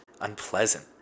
unpleasant